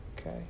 Okay